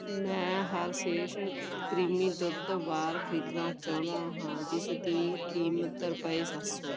ਮੈਂ Hershey's creamy ਦੁੱਧ bar ਖਰੀਦਣਾ ਚਾਹੁੰਦਾ ਹਾਂ ਜਿਸ ਦੀ ਕੀਮਤ ਰੁਪਏ ਸੱਤ ਸੌ ਹੈ